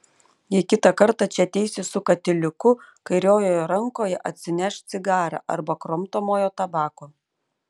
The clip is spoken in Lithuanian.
jei kitą kartą čia ateisi su katiliuku kairiojoje rankoje atsinešk cigarą arba kramtomojo tabako